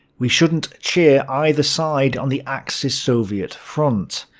we shouldn't cheer either side on the axis-soviet front.